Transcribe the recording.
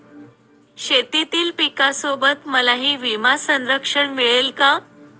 शेतीतील पिकासोबत मलाही विमा संरक्षण मिळेल का?